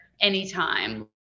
anytime